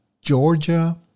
Georgia